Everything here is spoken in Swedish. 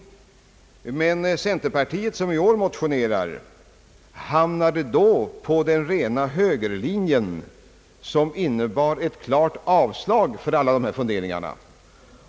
Centerpartiet, som motionerar i år, hamnade då på den rena Högerlinjen, vilken innebar ett klart avstyrkande av motionärernas funderingar.